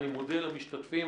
אני מודה למשתתפים.